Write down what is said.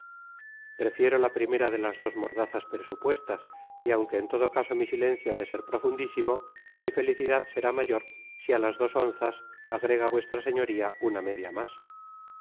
prefiero la primera de las dos mordazas presupuestas y aunque en todo caso mi silencio ha de ser profundísimo mi felicidad será mayor si a las dos onzas agrega vuestra señoría una media más